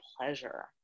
pleasure